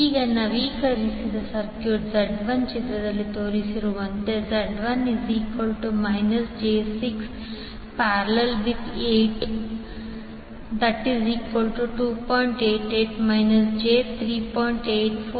ಈಗ ನವೀಕರಿಸಿದ ಸರ್ಕ್ಯೂಟ್ Z1ಚಿತ್ರದಲ್ಲಿ ತೋರಿಸಿರುವಂತೆ Z1 j6||8 j68 j682